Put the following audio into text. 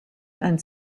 and